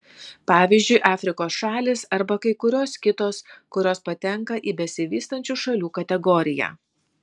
pavyzdžiui afrikos šalys arba kai kurios kitos kurios patenka į besivystančių šalių kategoriją